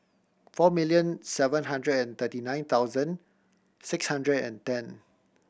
four million seven hundred and thirty nine thousand six hundred and ten